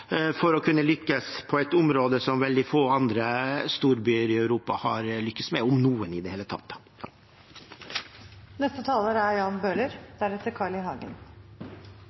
for å kunne lykkes på et område som veldig få andre storbyer i Europa har lyktes med, om noen i det hele tatt. Jeg vil takke interpellanten for å ta opp denne saken, som engasjerer mange rundt i